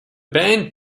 band